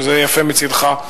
וזה יפה מצדך,